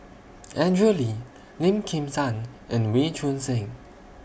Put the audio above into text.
Andrew Lee Lim Kim San and Wee Choon Seng